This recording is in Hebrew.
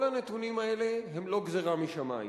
כל הנתונים האלה הם לא גזירה משמים,